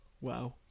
Wow